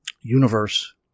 universe